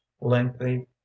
lengthy